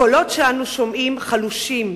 הקולות שאנו שומעים חלושים.